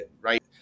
right